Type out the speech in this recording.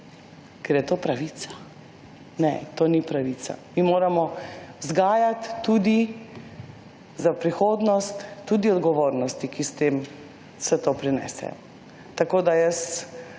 ker je to pravica. Ne, to ni pravica. Mi moramo vzgajati tudi za prihodnost tudi odgovornosti, ki s tem vse to prinesejo. Tako da jaz